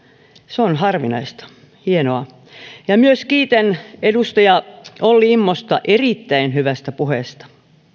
se on harvinaista hienoa ja kiitän myös edustaja olli immosta erittäin hyvästä puheesta